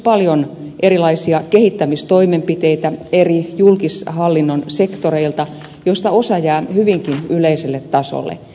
mukana on esimerkiksi eri julkishallinnon sektoreilta paljon erilaisia kehittämistoimenpiteitä joista osa jää hyvinkin yleiselle tasolle